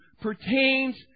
pertains